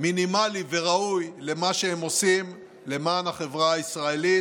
מינימלי וראוי למה שהם עושים למען החברה הישראלית,